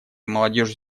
молодежью